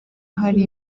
hari